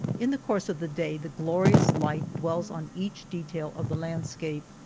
in the course of the day the glorious light dwells on each detail of the landscape,